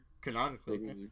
Canonically